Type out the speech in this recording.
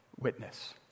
witness